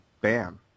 bam